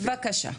בבקשה.